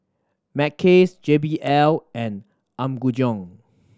Mackays J B L and Apgujeong